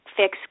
fix